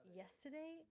yesterday